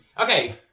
Okay